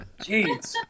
Jeez